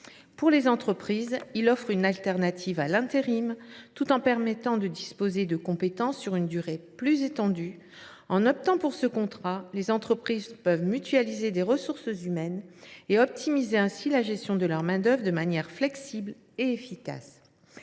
Pour les entreprises, il offre une solution de rechange à l’intérim, tout en permettant de disposer de compétences sur une durée plus étendue. En optant pour ce contrat, les entreprises peuvent mutualiser des ressources humaines et optimiser ainsi la gestion de leur main d’œuvre de manière flexible et efficace.